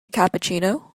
cappuccino